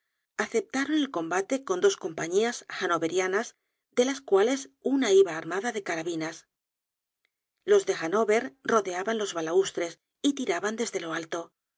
aceptaron el combate con dos compañías hannoverianas de las cuales una iba armada de carabinas los de hannover rodeaban los balaustres y tiraban desde lo alto